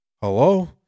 hello